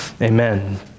Amen